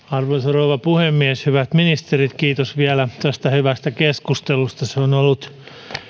arvoisa rouva puhemies hyvät ministerit kiitos vielä tästä hyvästä keskustelusta se on ollut